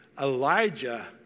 Elijah